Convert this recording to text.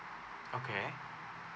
okay